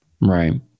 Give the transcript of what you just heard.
Right